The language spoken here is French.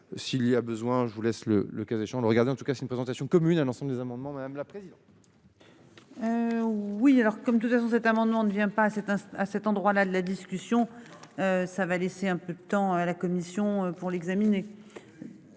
S'il y a besoin. Je vous laisse le le cas échéant de regarder en tout cas c'est une présentation commune à l'ensemble des amendements madame la. Oui alors comme de toute façon, cet amendement ne vient pas à cet à cet endroit-là de la discussion. Ça va laisser un peu de temps à la Commission pour l'examiner.